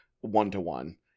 one-to-one